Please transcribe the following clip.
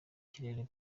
kirere